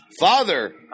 Father